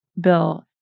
Bill